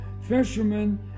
fishermen